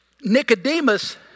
Nicodemus